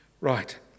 Right